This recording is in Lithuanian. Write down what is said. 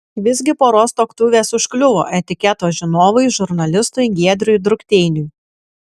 visgi poros tuoktuvės užkliuvo etiketo žinovui žurnalistui giedriui drukteiniui